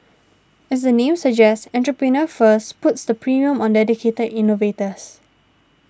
as the name suggests Entrepreneur First puts the premium on dedicated innovators